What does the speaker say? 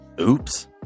Oops